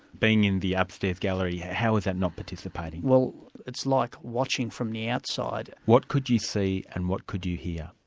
being in the upstairs gallery, how was that not participating? well it's like watching from the outside. what could you see and what could you hear?